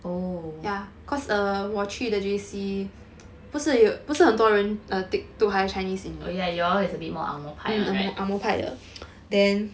oh oh yeah you all it's a bit more angmoh 派 [one] right